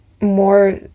more